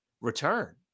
return